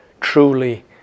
truly